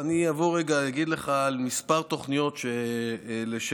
אני אעבור ואגיד לך על כמה תוכניות, לשאלתך.